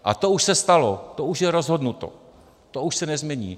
A to už se stalo, to už je rozhodnuto, to už se nezmění.